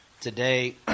today